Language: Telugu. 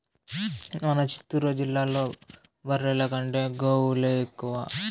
మన చిత్తూరు జిల్లాలో బర్రెల కంటే గోవులే ఎక్కువ